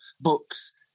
books